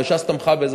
וש"ס תמכה בזה,